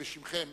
בשמכם,